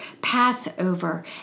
Passover